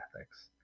ethics